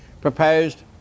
proposed